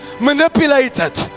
manipulated